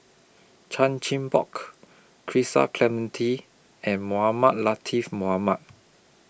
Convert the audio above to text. Chan Chin Bock Clementi and Mohamed Latiff Mohamed